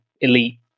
elite